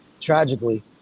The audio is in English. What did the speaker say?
tragically